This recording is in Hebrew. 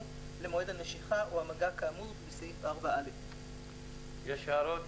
למועד הנשיכה או המגע כאמור בסעיף 4א". יש הערות?